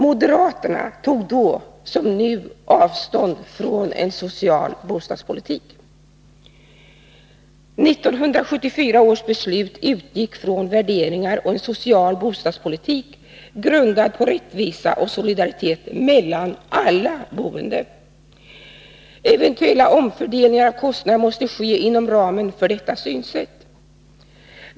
Moderaterna tog då som nu avstånd från en social bostadspolitik. 1974 års beslut utgick från värderingar om en social bostadspolitik, grundad på rättvisa och solidaritet mellan alla boende. Eventuella omfördelningar av kostnaderna måste ske inom ramen för detta synsätt.